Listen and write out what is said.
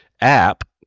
app